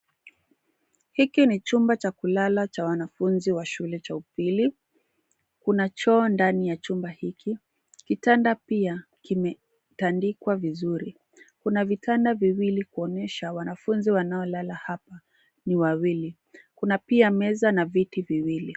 Hiki ni chumba cha kulala cha wanafunzi wa shule cha upili, kuna choo ndani ya chumba hiki. Kitanda pia kimetandikwa vizuri. Kuna vitanda viwili kuonyesha wanafunzi wanaolala hapa ni wawili. Kuna pia meza na viti viwili.